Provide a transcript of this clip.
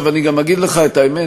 אני גם אגיד לך את האמת,